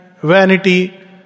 vanity